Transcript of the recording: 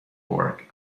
work